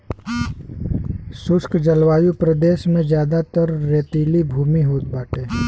शुष्क जलवायु प्रदेश में जयादातर रेतीली भूमि होत बाटे